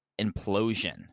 implosion